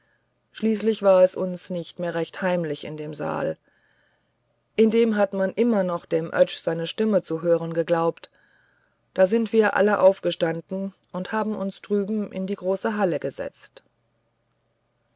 schließlich war es uns nicht mehr recht heimlich in dem saal in dem hat man immer noch dem oetsch seine stimme zu hören geglaubt da sind wir alle aufgestanden und haben uns drüben in die große halle gesetzt